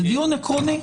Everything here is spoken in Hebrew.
זה דיון עקרוני.